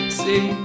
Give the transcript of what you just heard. see